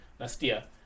Nastia